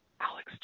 alex